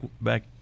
back